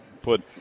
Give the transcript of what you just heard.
put